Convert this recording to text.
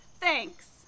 Thanks